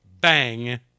bang